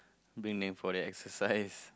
bring them for their exercise